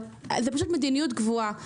מדיניות קבועה.